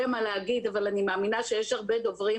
מה לומר אבל אני מאמינה שיש הרבה דוברים